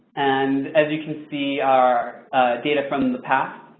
and as you can see, our data from the past,